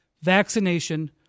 vaccination